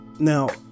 Now